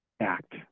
act